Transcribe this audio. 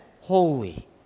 holy